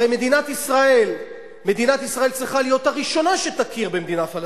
הרי מדינת ישראל צריכה להיות הראשונה שתכיר במדינה פלסטינית,